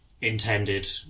intended